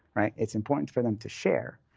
right? it's important for them to share,